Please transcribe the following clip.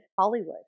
Hollywood